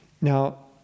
Now